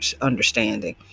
understanding